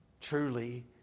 Truly